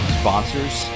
sponsors